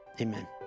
Amen